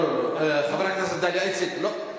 לא לא לא, חברת הכנסת דליה איציק, לא.